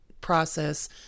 process